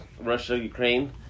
Russia-Ukraine